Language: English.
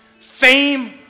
fame